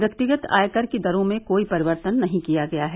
व्यक्तिगत आय कर की दरों में कोई परिवर्तन नही किया गया है